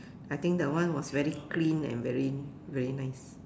I think that one was very clean and very very nice